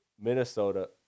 Minnesota